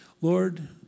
Lord